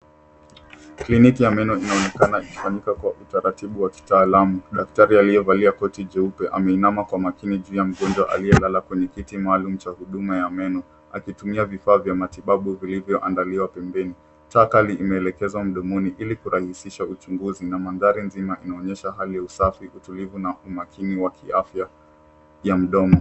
Kliniki ya meno inaonekana ikifanyika kwa utaratibu wa kitaaalamu. Daktari aliyevalia koti jeupe ameinama kwa juu ya mgonjwa aliyelala kwenye kiti maalum cha huduma ya meno akitumia vifaa vya matibabu vilivyoandaliwa pembeni. Taa kali imeelekezwa mdomoni ili kurahisisha uchunguzi na mandhari nzima inaonyesha hali ya usafi, utulivu na umakini wa kiafya ya mdomo.